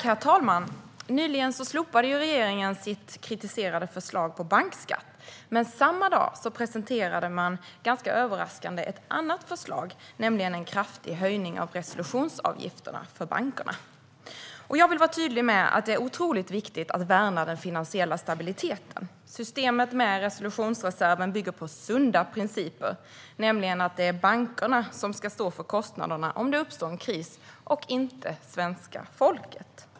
Herr talman! Nyligen slopade regeringen sitt kritiserade förslag om bankskatt. Men samma dag presenterade man ganska överraskande ett annat förslag, nämligen ett förslag om en kraftig höjning av resolutionsavgifterna för bankerna. Jag vill vara tydlig med att det är otroligt viktigt att värna den finansiella stabiliteten. Systemet med resolutionsreserven bygger på sunda principer, nämligen att det är bankerna som ska stå för kostnaderna om det uppstår en kris och inte svenska folket.